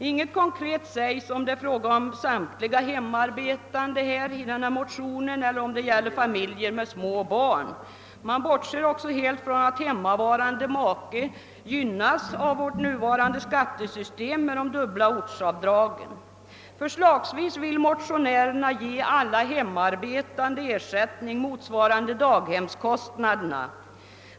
Inget konkret anförs huruvida det är fråga om samtliga hemarbetande eller huruvida det gäller familjer med små barn. Man bortser också helt från att hemmavarande make gynnas av vårt nuvarande skattesystem med de dubbla ortsavdragen. Förslagsvis vill motionärerna ge alla hemarbetande ersättning motsvarande daghemskostnaderna.